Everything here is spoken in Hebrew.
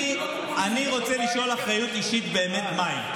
אני רוצה לשאול אחריות אישית באמת מהי.